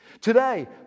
Today